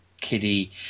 Kitty